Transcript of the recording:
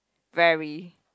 very